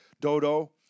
Dodo